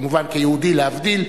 כמובן כיהודי, להבדיל,